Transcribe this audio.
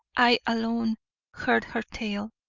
i alone heard her tale.